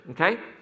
okay